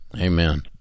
amen